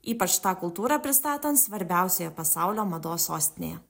ypač tą kultūrą pristatant svarbiausioje pasaulio mados sostinėje